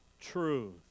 truth